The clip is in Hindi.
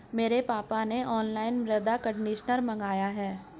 मेरे पापा ने ऑनलाइन मृदा कंडीशनर मंगाए हैं